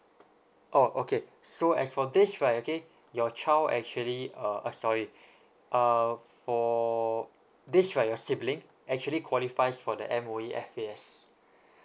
oh okay so as for this right okay your child actually uh eh sorry uh for this right your sibling actually qualifies for the M_O_E F_A_S